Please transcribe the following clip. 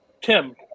Tim